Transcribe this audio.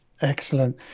Excellent